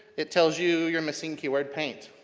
it tells you you're missing keyword paint.